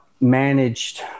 managed